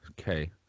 Okay